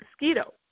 mosquito